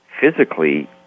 physically